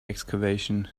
excavation